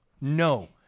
no